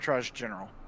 General